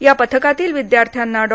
या पथकातील विद्यार्थ्यांना डॉ